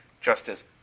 Justice